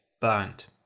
burnt